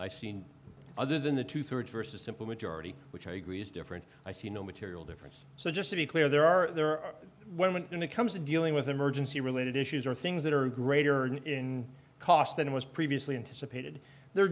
i seen other than the two thirds versus simple majority which i agree is different i see no material difference so just to be clear there are women and it comes to dealing with emergency related issues are things that are greater in cost than was previously anticipated the